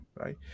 right